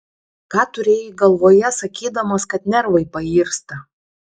ką turėjai galvoje sakydamas kad nervai pairsta